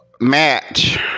match